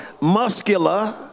muscular